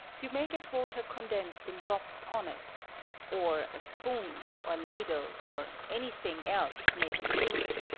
you may get water condensed in drops on it or a spoon, or ladle, or any thing else may be used,